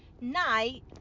night